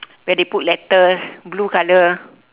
where they put letters blue color